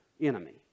enemy